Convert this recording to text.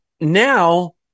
now